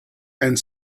and